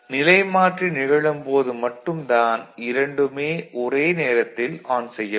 நிலைமாற்றி நிகழும் போது மட்டும் தான் இரண்டுமே ஒரே நேரத்தில் ஆன் செய்யப்படும்